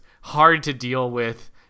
hard-to-deal-with